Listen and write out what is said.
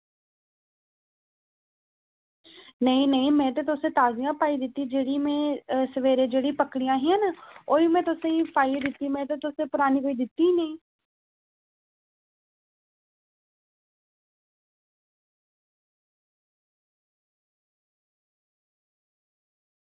नेईं नेईं में ते तुसें गी ताज़ियां पाई दित्तियां जेह्ड़ियां में सवेरे जेह्ड़ियां पकड़ियां हियां न ओह् ई में तुसेंगी पाइयै दित्तियां में ते तुसेंगी परानी कोई दित्ती गै निं